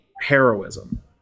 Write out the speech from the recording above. heroism